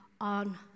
on